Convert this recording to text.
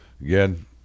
again –